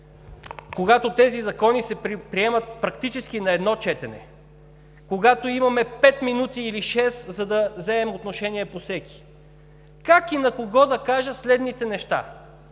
когато тези закони се приемат практически на едно четене, когато имаме 5 или 6 минути, за да вземем отношение по всеки от тях, как и на кого да кажа следните неща?